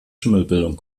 schimmelbildung